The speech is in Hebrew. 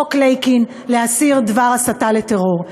חוק לייקין להסיר דבר הסתה לטרור.